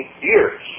years